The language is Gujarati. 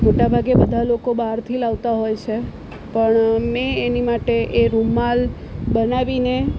મોટા ભાગે બધા લોકો બહારથી લાવતા હોય છે પણ મેં એની માટે એ રૂમાલ બનાવીને